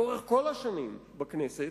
לאורך כל השנים בכנסת,